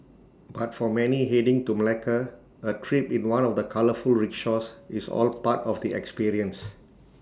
but for many heading to Malacca A trip in one of the colourful rickshaws is all part of the experience